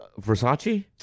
Versace